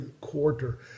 quarter